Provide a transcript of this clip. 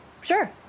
sure